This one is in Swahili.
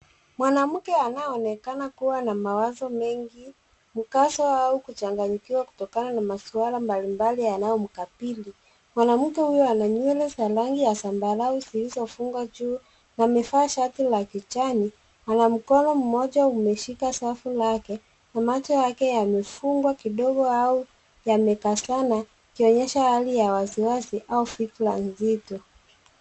Mwanamke anayeonekana kuwa na mawazo mengi, mkazo au kuchanganyikiwa kutokana na maswala mbalimbali yanayomkabidhi. Mwanamke huyo ana nywele za rangi ya zambarau, zilizofungwa juu na amevaa shati la kijani, ana mkono mmoja umeshika safu lake na macho yake yamefungwa kidogo au yamekazana, yakionyesha hali ya wasiwasi au fikra nzito.